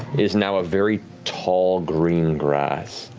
is now a very tall green grass.